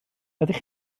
ydych